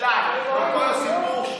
כל הסיפור.